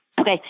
Okay